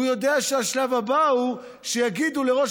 הוא יודע שהשלב הבא הוא שיגידו לראש